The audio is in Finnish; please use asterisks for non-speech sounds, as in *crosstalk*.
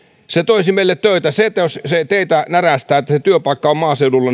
se toisi meille töitä sille minä en mahda mitään jos se teitä närästää että se työpaikka on maaseudulla *unintelligible*